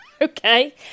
okay